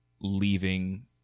leaving